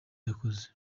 yakoze